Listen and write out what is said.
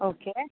okay